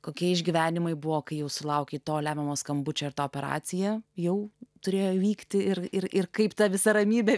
kokie išgyvenimai buvo kai jau sulaukė to lemiamo skambučio ir ta operacija jau turėjo vykti ir ir ir kaip ta visa ramybė